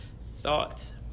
thoughts